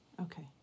Okay